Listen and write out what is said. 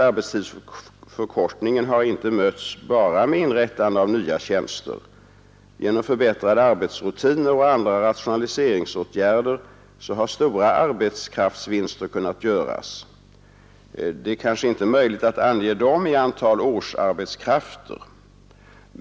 Arbetstidsförkortningen har inte mötts bara med inrättande av nya tjänster; genom förbättrade arbetsrutiner och andra rationaliseringsåtgärder har stora arbetskraftsvinster kunnat göras, även om det kanske inte är möjligt att ange dem i antalet årsarbetskrafter.